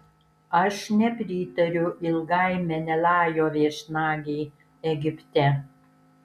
aš nepritariu ilgai menelajo viešnagei egipte